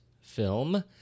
film